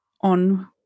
on